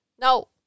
No